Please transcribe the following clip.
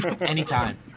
Anytime